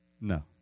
No